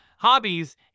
hobbies